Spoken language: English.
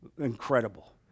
incredible